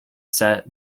set